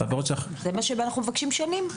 זה מה שאנחנו מבקשים שנים.